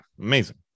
Amazing